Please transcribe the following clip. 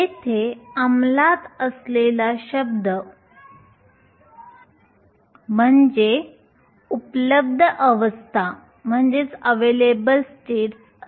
येथे अमलात असलेला शब्द म्हणजे उपलब्ध अवस्था होय